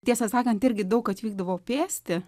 tiesą sakant irgi daug atvykdavo pėsti